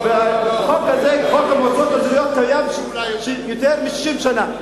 חוק המועצות האזוריות קיים יותר מ-60 שנה.